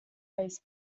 face